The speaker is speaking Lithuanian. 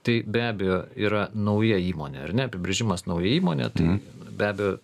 tai be abejo yra nauja įmonė ar ne apibrėžimas nauja įmonė tai be abejo